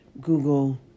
Google